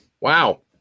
Wow